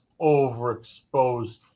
overexposed